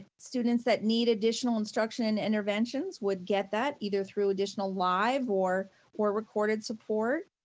students that need additional instruction and interventions would get that either through additional live or or recorded support.